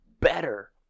better